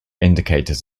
indicators